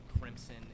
crimson